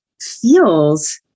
feels